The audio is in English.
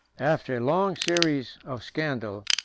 after a long series of scandal,